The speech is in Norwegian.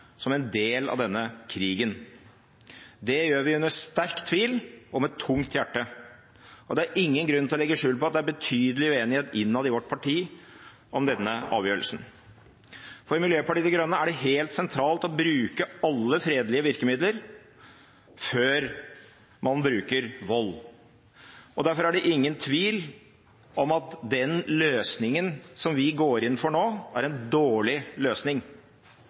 som en del av denne krigen. Det gjør vi under sterk tvil og med tungt hjerte, og det er ingen grunn til å legge skjul på at det er betydelig uenighet innad i vårt parti om denne avgjørelsen. For Miljøpartiet De Grønne er det helt sentralt å bruke alle fredelige virkemidler før man bruker vold. Derfor er det ingen tvil om at den løsningen som vi går inn for nå, er en dårlig løsning.